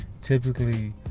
typically